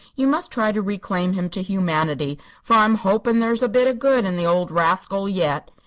you must try to reclaim him to humanity, for i'm hopin' there's a bit of good in the old rascal yet.